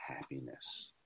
happiness